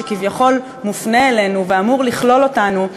שכביכול מופנה אלינו ואמור לכלול אותנו,